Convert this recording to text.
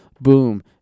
Boom